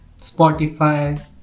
Spotify